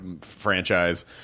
franchise